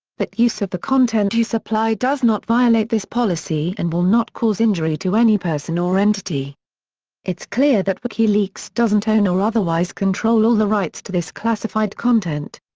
that use of the content you supply does not violate this policy and will not cause injury to any person or entity it's clear that wikileaks doesn't own or otherwise control all the rights to this classified content.